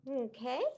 okay